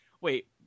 wait